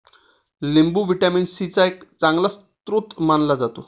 लिंबू vitamin C चा एक चांगला स्रोत मानला जातो